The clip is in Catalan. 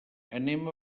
anem